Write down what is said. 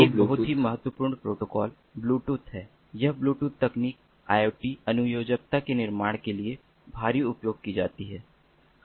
एक और बहुत महत्वपूर्ण प्रोटोकॉल ब्लूटूथ है यह ब्लूटूथ तकनीक IoT अनुयोजकता के निर्माण के लिए भारी उपयोग की जाती है